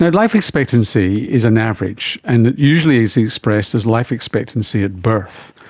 life expectancy is an average, and it usually is expressed as life expectancy at birth.